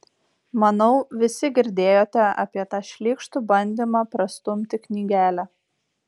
manau visi girdėjote apie tą šlykštų bandymą prastumti knygelę